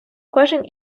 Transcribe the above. кожен